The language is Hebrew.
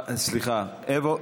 הינה, היא פה.